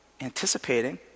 anticipating